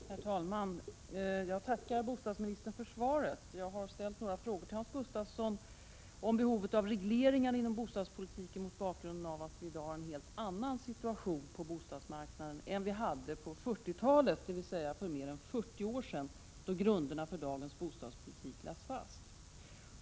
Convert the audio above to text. Herr talman! Jag tackar bostadsministern för svaret. Jag har ställt några frågor till Hans Gustafsson om behovet av regleringar inom bostadspolitiken mot bakgrund av att vi i dag har en helt annan situation på bostadsmarknaden än vi hade på 40-talet, dvs. för mer än 40 år sedan, då grunderna för dagens bostadspolitik lades fast.